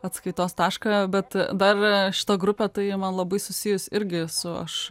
atskaitos tašką bet dar šita grupė tai man labai susijus irgi su aš